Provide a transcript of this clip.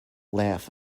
laugh